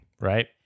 right